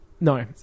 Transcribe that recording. No